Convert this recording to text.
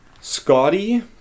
Scotty